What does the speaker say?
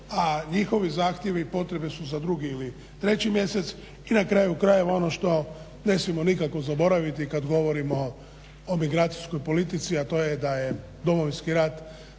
a njihovi zahtjevi i potrebe su za 2. ili 3. mjesec i na kraju krajeva ono što ne smijemo nikako zaboraviti kad govorimo o migracijskoj politici a to je da je Domovinski rat